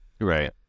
Right